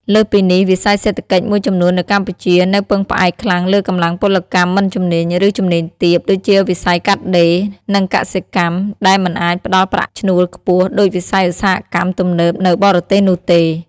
លើសពីនេះ វិស័យសេដ្ឋកិច្ចមួយចំនួននៅកម្ពុជានៅពឹងផ្អែកខ្លាំងលើកម្លាំងពលកម្មមិនជំនាញ ឬជំនាញទាប ដូចជាវិស័យកាត់ដេរ និងកសិកម្ម ដែលមិនអាចផ្ដល់ប្រាក់ឈ្នួលខ្ពស់ដូចវិស័យឧស្សាហកម្មទំនើបនៅបរទេសនោះទេ។